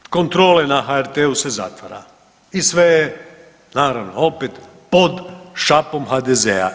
Krug kontrole na HRT-u se zatvara i sve je naravno opet pod šapom HDZ-a.